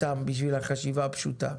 סתם בשביל החשיבה הפשוטה,